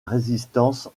résistance